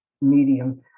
medium